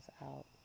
out